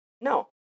no